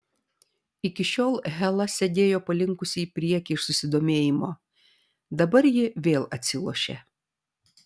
iki šiol hela sėdėjo palinkusi į priekį iš susidomėjimo dabar ji vėl atsilošė